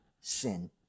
sin